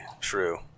true